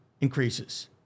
increases